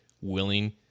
willing